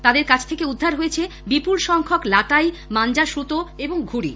তাদের কাছ থেকে উদ্ধার হয়েছে বিপুল সংখ্যক লাটাই মাঞ্চা সুতো এবং ঘুড়ি